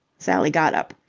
sally got up.